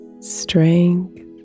strength